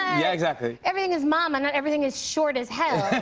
yeah. exactly. everything is mama not everything is short as hell